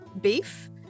beef